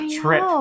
trip